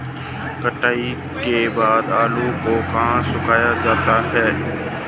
कटाई के बाद आलू को कहाँ सुखाया जाता है?